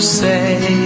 say